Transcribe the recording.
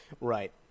Right